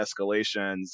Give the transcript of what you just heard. escalations